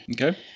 Okay